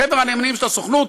חבר הנאמנים של הסוכנות,